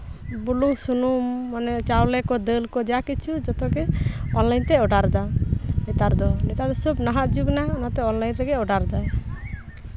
ᱵᱩᱞᱩᱝ ᱥᱩᱱᱩᱢ ᱢᱟᱱᱮ ᱪᱟᱣᱞᱮ ᱠᱚ ᱫᱟᱹᱞ ᱠᱚ ᱡᱟ ᱠᱤᱪᱷᱩ ᱡᱚᱛᱚᱜᱮ ᱚᱱᱞᱟᱭᱤᱱᱛᱮ ᱚᱰᱟᱨ ᱮᱫᱟ ᱱᱮᱛᱟᱨ ᱫᱚ ᱱᱮᱛᱟᱨ ᱫᱚ ᱥᱚᱵ ᱱᱟᱦᱟᱜ ᱡᱩᱜᱽ ᱨᱮᱱᱟᱜ ᱚᱱᱟᱛᱮ ᱚᱱᱞᱟᱭᱤᱱ ᱨᱮᱜᱮ ᱚᱰᱟᱨᱫᱟᱭ